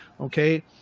okay